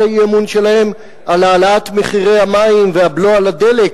האי-אמון שלהן על העלאת מחירי המים והבלו על הדלק,